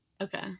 Okay